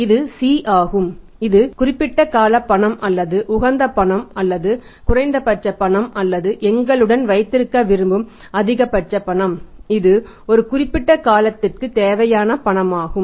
இது C ஆகும் இது குறிப்பிட்ட கால பணம் அல்லது உகந்த பணம் அல்லது குறைந்தபட்ச பணம் அல்லது எங்களுடன் வைத்திருக்க விரும்பும் அதிகபட்ச பணம் இது ஒரு குறிப்பிட்ட காலத்திற்கு தேவையான பணமாகும்